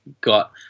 got